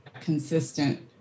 consistent